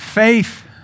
Faith